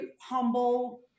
humble